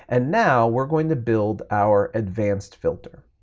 and now we're going to build our advanced filter.